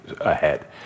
ahead